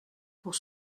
pour